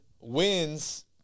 wins